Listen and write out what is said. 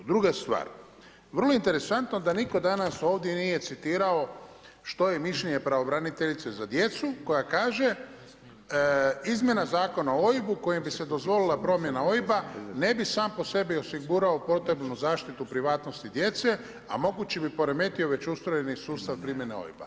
Druga stvar, vrlo interesantno da nitko danas ovdje nije citirao što je mišljenje pravobraniteljice za djecu koja kaže, izmjena Zakona o OIB-u kojim bi se dozvolila promjena OIB-a ne bi sam po sebi osigurao potrebnu zaštitu privatnosti djece, a moguće bi poremetio već ustrojeni sustav primjene OIB-a.